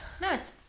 nice